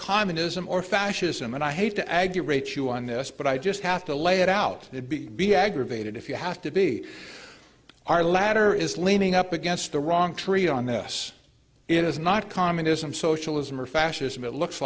communism or fascism and i hate to add the rate you on this but i just have to lay it out and be be aggravated if you have to be our latter is leaning up against the wrong tree on this it is not communism socialism or fascism it looks